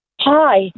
Hi